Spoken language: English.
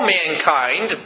mankind